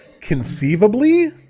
conceivably